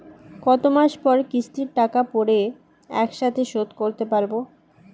কত মাস পর কিস্তির টাকা পড়ে একসাথে শোধ করতে পারবো?